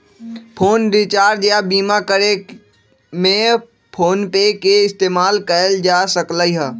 phone recharge या बीमा करे में फोनपे के इस्तेमाल कएल जा सकलई ह